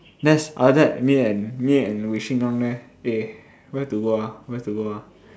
that's after that me and me and Wei-Shin down there eh where to go ah where to go ah